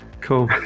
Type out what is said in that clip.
Cool